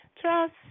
Trust